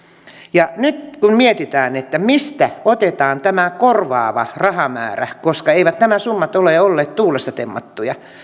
ja nyt kun mietitään mistä otetaan tämä korvaava rahamäärä koska eivät nämä summat ole olleet tuulesta temmattuja